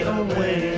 away